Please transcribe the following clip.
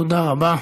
תודה רבה.